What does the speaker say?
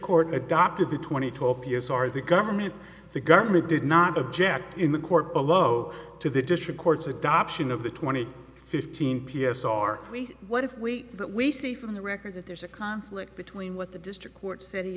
court adopted the twenty top p s r the government the government did not object in the court below to the district court's adoption of the twenty fifteen p s r what if we but we see from the record that there's a conflict between what the district court said he